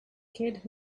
kid